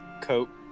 coat